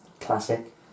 Classic